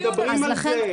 מדברים על זה,